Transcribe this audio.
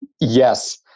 Yes